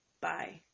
Bye